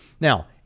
Now